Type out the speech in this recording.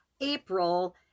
April